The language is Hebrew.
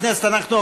ברור שניתנו כאן